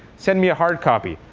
send me a hard copy.